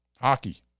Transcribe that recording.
Hockey